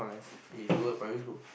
then if you work primary school